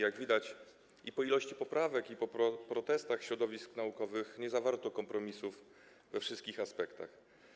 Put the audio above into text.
Jak widać, i po ilości poprawek, i po protestach środowisk naukowych, nie zawarto kompromisów we wszystkich aspektach.